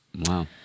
Wow